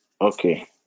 okay